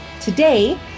Today